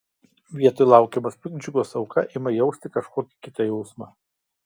vietoj laukiamos piktdžiugos auka ima jausti kažkokį kitą jausmą